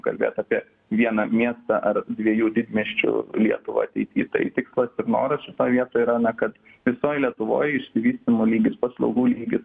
kalbėt apie vieną miestą ar dviejų didmiesčių lietuvą ateity tai tikslas ir noras šitoj vietoj yra na kad visoj lietuvoj išsivystymo lygis paslaugų lygis